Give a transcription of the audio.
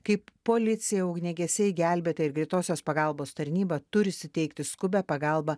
kaip policija ugniagesiai gelbėtojai ir greitosios pagalbos tarnyba turi suteikti skubią pagalbą